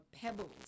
pebbles